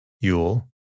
Yule